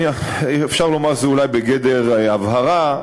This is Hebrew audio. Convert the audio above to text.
אפשר לומר שזה אולי בגדר הבהרה,